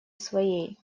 своей